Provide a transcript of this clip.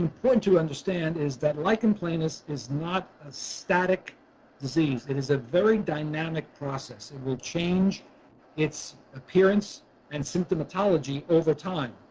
important to understand that lichen planus is not a static disease. it is a very dynamic process that will change its appearance and symptomatology over time.